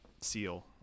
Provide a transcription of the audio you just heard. seal